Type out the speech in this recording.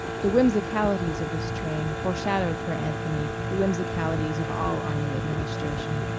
the whimsicalities of this train foreshadowed for anthony the whimsicalities of all army administration.